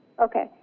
Okay